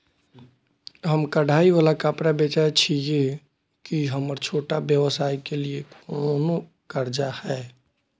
हम कढ़ाई वाला कपड़ा बेचय छिये, की हमर छोटा व्यवसाय के लिये कोनो कर्जा है?